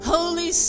Holy